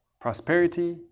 Prosperity